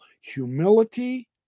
humility